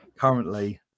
currently